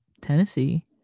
Tennessee